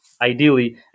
ideally